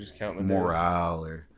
morale